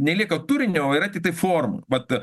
neliko turinio yra tiktai formų vat